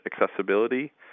accessibility